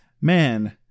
man